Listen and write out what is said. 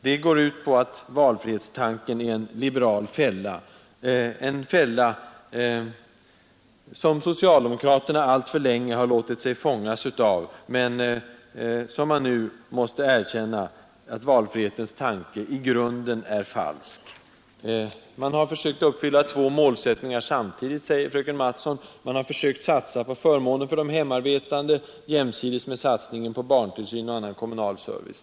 Det går ut på att valfrihetstanken är en liberal fälla, en fälla som socialdemokraterna alltför länge låtit sig fångas i, men att man måste erkänna att valfrihetens tanke i grunden är falsk. Man har försökt uppfylla två målsättningar samtidigt, säger fröken Mattson. Man har försökt satsa på förmåner för de hemarbetande jämsides med satsningen på barntillsyn och annan kommunal service.